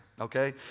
Okay